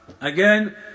again